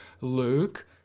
Luke